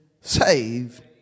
saved